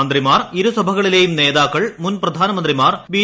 മന്ത്രിമാർ ഇരുസഭകളിലെയും നേതാക്കൾ മുൻ പ്രധാനമന്ത്രിമാർ ബി